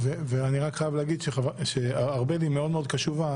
ואני רק חייב שארבל היא מאוד מאוד קשובה.